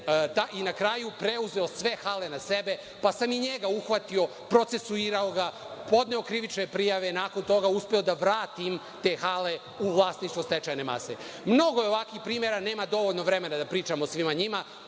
i na kraju preuzeo sve hale na sebe, pa sam i njega uhvatio, procesuirao ga, podneo krivične prijave, nakon toga uspeo da vratim te hale u vlasništvo stečajne mase. Mnogo je ovakvih primera, nema dovoljno vremena da pričam o svima njima.